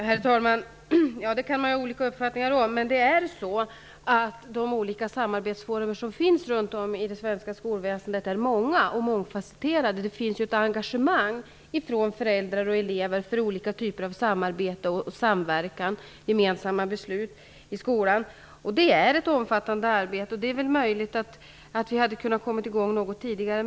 Herr talman! Det kan man ha olika uppfattningar om. De olika samarbetsformer som finns runt om i det svenska skolväsendet är många och mångfasetterade. Det finns ett engagemang från föräldrar och elever för olika typer av samarbete och samverkan i gemensamma beslut i skolan. Detta är ett omfattande arbete. Det är möjligt att vi hade kunnat komma igång något tidigare.